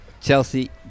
Chelsea